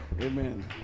Amen